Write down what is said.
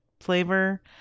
flavor